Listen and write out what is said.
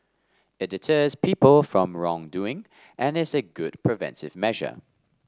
it deters people from wrongdoing and is a good preventive measure